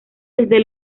desde